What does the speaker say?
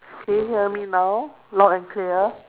can you hear me now loud and clear